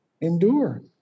Endure